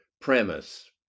premise